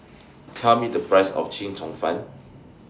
Tell Me The Price of Chee Cheong Fun